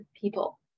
people